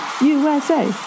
USA